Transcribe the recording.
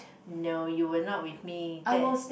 no you were not with me that